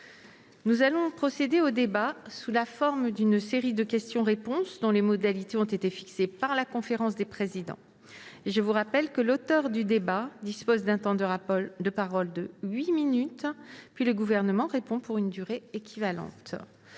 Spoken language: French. Nous allons procéder au débat sous la forme d'une série de questions-réponses dont les modalités ont été fixées par la conférence des présidents. Je rappelle que l'auteur de la demande dispose d'un temps de parole de huit minutes, puis le Gouvernement répond pour une durée équivalente.